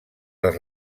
les